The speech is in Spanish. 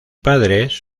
padres